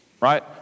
right